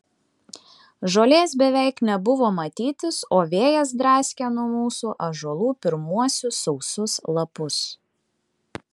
žolės beveik nebuvo matytis o vėjas draskė nuo mūsų ąžuolų pirmuosius sausus lapus